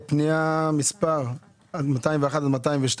פנייה 201-202,